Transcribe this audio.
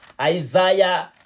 Isaiah